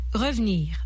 Revenir